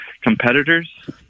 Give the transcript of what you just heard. competitors